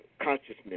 consciousness